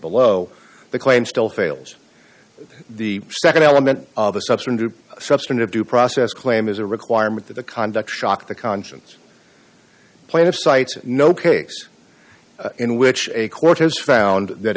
below the claim still fails the nd element of a substandard substantive due process claim as a requirement that the conduct shock the conscience plaintiff cites no case in which a court has found that